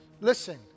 listen